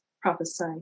prophesy